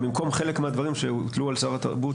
במקום חלק מהדברים שהוטלו על שר התרבות,